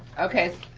okay,